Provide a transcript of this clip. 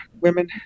women